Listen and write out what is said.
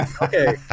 Okay